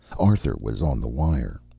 arthur was on the wire.